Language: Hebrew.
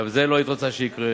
גם זה לא היית רוצה שיקרה,